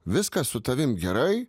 viskas su tavim gerai